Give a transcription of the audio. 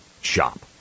Shop